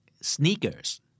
Sneakers